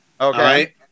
Okay